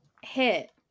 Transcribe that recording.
hit